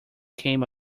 came